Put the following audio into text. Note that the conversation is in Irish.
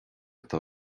atá